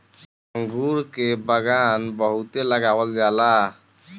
अंगूर के बगान बहुते लगावल जाला